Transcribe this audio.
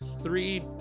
three